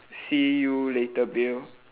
see you later bill